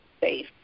safe